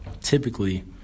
typically